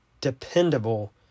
dependable